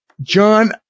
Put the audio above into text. John